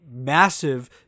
massive